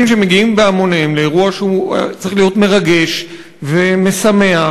שמגיעים בהמוניהם לאירוע שצריך להיות מרגש ומשמח,